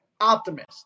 optimist